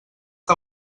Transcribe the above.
que